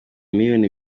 miliyoni